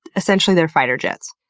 essentially they're fighter jets.